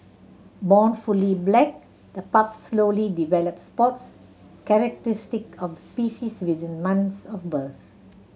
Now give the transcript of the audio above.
born fully black the pups slowly develop spots characteristic of the species within months of birth